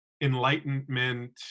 Enlightenment